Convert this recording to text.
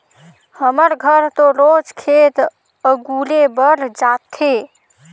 हमर घर तो रोज खेत अगुरे बर जाथे